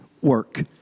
work